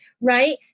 right